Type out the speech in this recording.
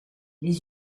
les